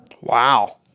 Wow